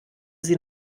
sie